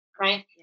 right